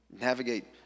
navigate